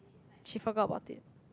she forgot about it